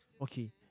Okay